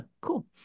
cool